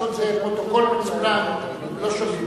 זה פרוטוקול מצולם ולא שומעים.